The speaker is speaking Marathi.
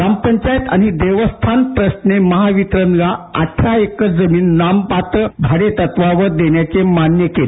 ग्रामपंचायत आणि देवस्थान ट्रस्टने महावितरणला अठरा एकर जमीन नाममात्र भाडेतत्वावर देण्याचे मान्य केलं